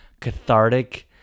cathartic